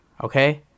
okay